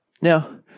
Now